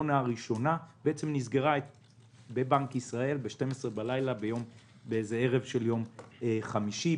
נסגרה בבנק ישראל ב-24:00 בלילה בערב של יום חמישי.